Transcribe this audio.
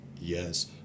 yes